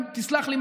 תסלח לי,